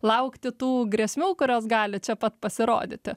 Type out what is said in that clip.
laukti tų grėsmių kurios gali čia pat pasirodyti